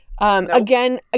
Again